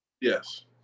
Yes